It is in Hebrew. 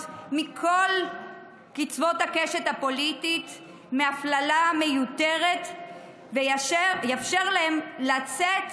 מכל קצוות הקשת הפוליטית מהפללה מיותרת ויאפשר להם לצאת